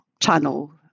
channel